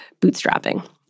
bootstrapping